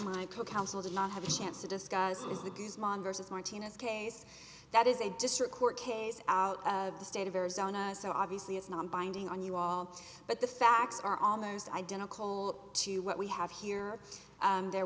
co counsel did not have a chance to discuss is the guzman versus martinez case that is a district court case out of the state of arizona so obviously it's not binding on you all but the facts are almost identical to what we have here there